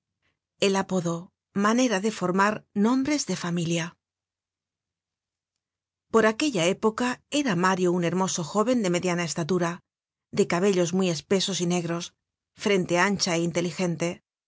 el apodo manera de formar nombres de familia por aquella época era mario un hermoso jóven de mediana estatura de cabellos muy espesos y negros frente ancha é inteligente